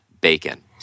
bacon